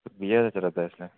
बीह् ज्हार दा चलै दा इसलै